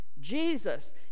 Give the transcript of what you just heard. Jesus